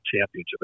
championship